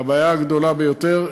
והבעיה הגדולה ביותר,